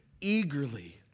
eagerly